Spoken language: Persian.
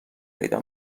پیدا